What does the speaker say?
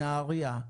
נהריה,